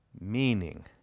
Meaning